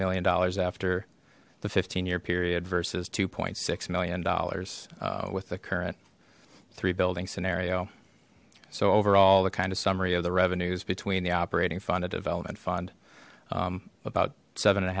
million dollars after the fifteen year period versus two point six million dollars with the current three building scenario so overall the kind of summary of the revenues between the operating fund development fund about seven and a